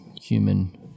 human